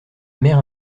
mère